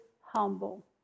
humble